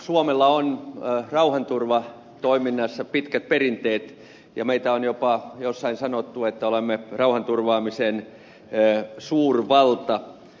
suomella on rauhanturvatoiminnassa pitkät perinteet ja meistä on jopa jossain sanottu että olemme rauhanturvaamisen suurvalta